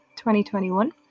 2021